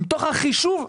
בתוך החישוב עצמו,